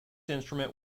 instrument